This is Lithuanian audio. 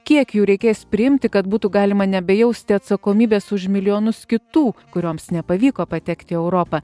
kiek jų reikės priimti kad būtų galima nebejausti atsakomybės už milijonus kitų kurioms nepavyko patekti į europą